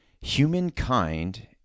humankind